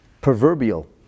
proverbial